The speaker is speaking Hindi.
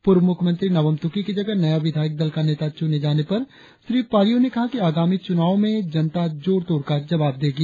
पूर्व मुख्यमंत्री नाबम तुकी की जगह नया विधायक दल का नेता चुने जाने पर श्री पारियो ने कहा कि आगामी चुनावो में जनता जोड़ तोड़ का जवाब देगी